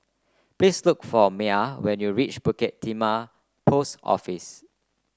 please look for Mia when you reach Bukit Timah Post Office